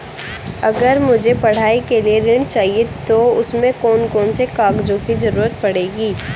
अगर मुझे पढ़ाई के लिए ऋण चाहिए तो उसमें कौन कौन से कागजों की जरूरत पड़ेगी?